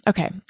Okay